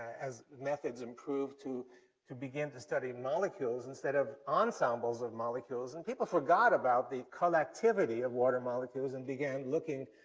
as methods improved, to to begin to study molecules instead of ensembles of molecules, and people forgot about the collectivity of water molecules and began looking,